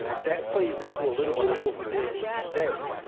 that plays into a little bit of what we're dealing with today.